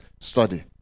study